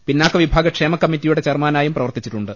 പിന്നാക്കവിഭാഗ ക്ഷേമ കമ്മ റ്റിയുടെ ചെയർമാനായും പ്രവർത്തിച്ചിട്ടുണ്ട്